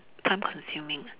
time consuming ah